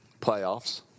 playoffs